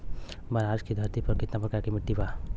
बनारस की धरती पर कितना प्रकार के मिट्टी बा?